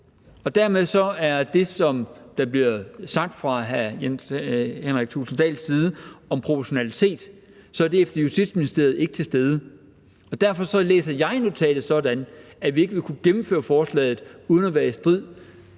Dermed er det, som der bliver sagt fra hr. Jens Henrik Thulesen Dahls side om proportionalitet, efter Justitsministeriets vurdering ikke til stede. Derfor læser jeg notatet sådan, at vi ikke vil kunne gennemføre forslaget uden at være i strid